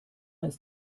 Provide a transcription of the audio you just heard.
ist